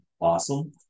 awesome